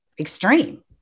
extreme